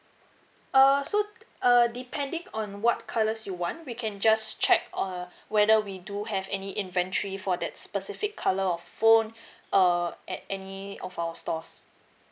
err so uh depending on what colours you want we can just check err whether we do have any inventory for that specific colour of phone uh at any of our stores